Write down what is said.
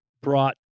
brought